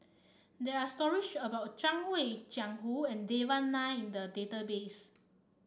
there are stories about Zhang Hui Jiang Hu and Devan Nair in the database